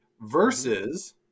versus